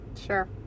Sure